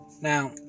now